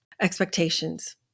expectations